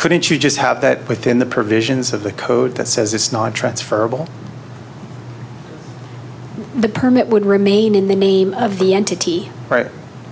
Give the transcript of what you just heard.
couldn't you just have that within the provisions of the code that says it's not transferable the permit would remain in the name of the entity